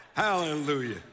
hallelujah